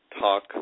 talk